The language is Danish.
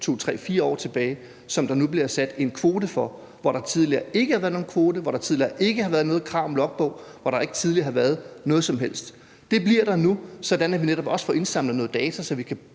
2, 3, 4 år tilbage. Det bliver der nu sat en kvote for, hvor der tidligere ikke har været nogen kvote, hvor der tidligere ikke har været noget krav om logbog, og hvor der ikke tidligere har været noget som helst. Det bliver der nu, sådan at vi netop også får indsamlet noget data, så vi kan